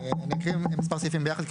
אני אקריא מספר סעיפים ביחד,